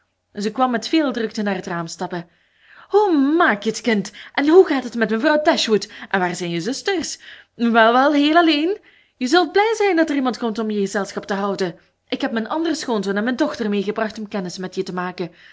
zij kwam met veel drukte naar het raam stappen hoe maak je t kind en hoe gaat het met mevrouw dashwood en waar zijn je zusters wel wel heel alleen je zult blij zijn dat er iemand komt om je gezelschap te houden ik heb mijn anderen schoonzoon en mijn dochter meegebracht om kennis met je te maken